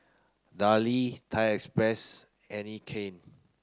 Darlie Thai Express Anne Klein